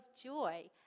joy